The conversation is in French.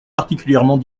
particulièrement